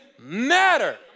matter